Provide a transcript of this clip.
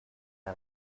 our